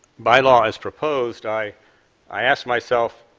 bylaw as proposed, i i asked myself,